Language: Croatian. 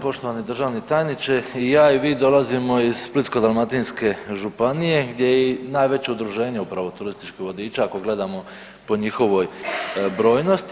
Poštovani državni tajniče, i ja i vi dolazimo iz Splitsko-dalmatinske županije gdje je i najveće udruženje upravo turističkih vodiča ako gledamo po njihovoj brojnosti.